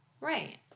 Right